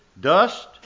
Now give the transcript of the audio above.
dust